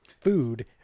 Food